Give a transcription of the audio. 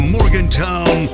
Morgantown